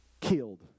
killed